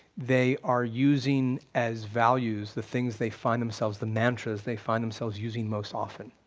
they are using as values the things they find themselves, the mantras they find themselves using most often,